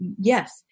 yes